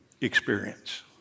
experience